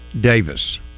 Davis